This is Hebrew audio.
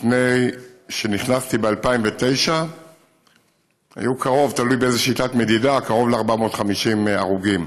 לפני שנכנסתי ב-2009 היו קרוב ל-450 הרוגים,